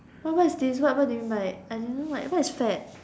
but why is this what what do you mean by I don't know what is fad